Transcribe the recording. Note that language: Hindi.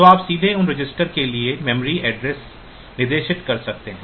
तो आप सीधे उन रजिस्टरों के लिए मेमोरी एड्रेस निर्दिष्ट कर सकते हैं